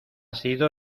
sido